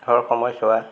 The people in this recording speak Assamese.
হৰ সময়ছোৱা